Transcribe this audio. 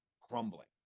crumbling